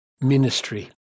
ministry